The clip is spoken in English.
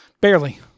Barely